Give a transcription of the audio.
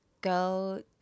go